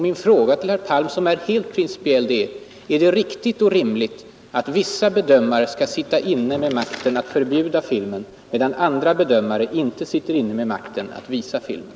Min fråga till herr Palm är principiell och lyder: Är det riktigt och rimligt att vissa bedömare skall sitta inne med makten att förbjuda filmen, medan andra bedömare inte sitter inne med makten att visa filmen?